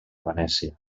venècia